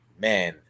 man